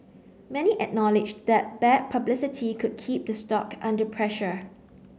many acknowledge that bad publicity could keep the stock under pressure